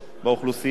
עזרנו לכולם,